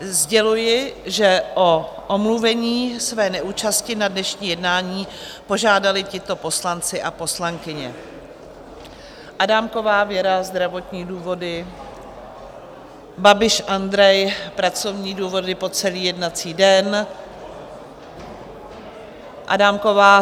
Sděluji, že o omluvení své neúčasti na dnešním jednání požádali tito poslanci a poslankyně: Adámková Věra zdravotní důvody, Babiš Andrej pracovní důvody po celý jednací den, Adámková